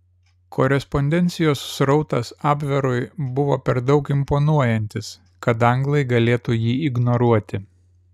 korespondencijos srautas abverui buvo per daug imponuojantis kad anglai galėtų jį ignoruoti